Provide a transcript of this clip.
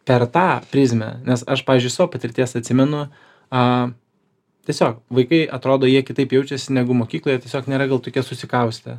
per tą prizmę nes aš pavyzdžiui iš savo patirties atsimenu aaa tiesiog vaikai atrodo jie kitaip jaučiasi negu mokykloje tiesiog nėra gal tokie susikaustę